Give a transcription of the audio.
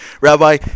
Rabbi